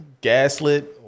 gaslit